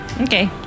Okay